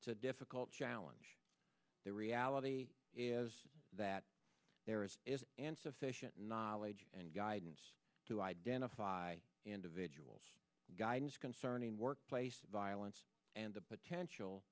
to a difficult challenge the reality is that there is an sufficient knowledge and guidance to identify individuals guidance concerning workplace violence and the potential